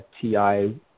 TI